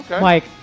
Mike